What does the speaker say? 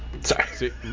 Sorry